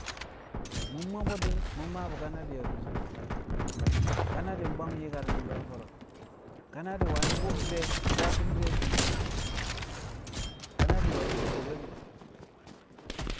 mu̱ mo̱b bu̱ dir mu̱ maa bu̱ kanadi̱ a durshin kanadi̱ bwang yi̱karni̱n bu̱ a fo̱ro̱ kanadi̱ wani̱ wu̱b di̱re̱ yaati̱n di̱re̱ a kubine kanadi̱ wani̱ wu̱bu̱ke̱l.